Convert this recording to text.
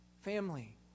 family